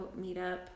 meetup